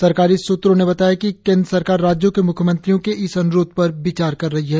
सरकारी सूत्रों ने बताया कि केन्द्र सरकार राज्यों के मुख्यमंत्रियों के इस अनुरोध पर विचार कर रही है